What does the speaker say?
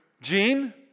Gene